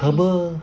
and is